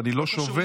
ואני לא שובת,